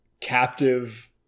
captive